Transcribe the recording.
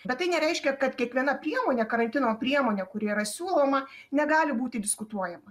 bet tai nereiškia kad kiekviena priemonė karantino priemonė kuri yra siūloma negali būti diskutuojama